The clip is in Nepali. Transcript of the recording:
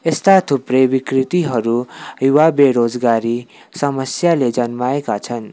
यस्ता थुप्रै विकृतिहरू युवा बेरोजगारी समस्याले जन्माएका छन्